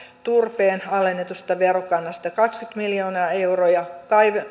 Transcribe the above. turpeen alennetusta verokannasta kaksikymmentä miljoonaa euroa ja